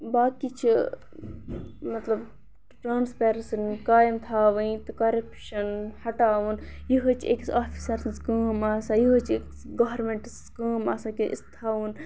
باقٕے چھِ مطلب ٹرٛانسپیرَنسی قایِم تھاوٕنۍ تہٕ کَرَپشَن ہَٹاوُن یِہٕے چھِ أکِس آفِسَر سٕنٛز کٲم آسان یِہٕے چھِ أکِس گورنمنٹَس کٲم آسان کہِ أسۍ تھاوون